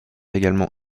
également